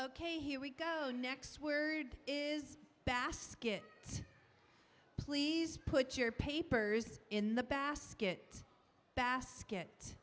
ok here we go next word is basket please put your papers in the basket basket